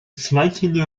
zweiten